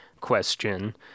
question